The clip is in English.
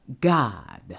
God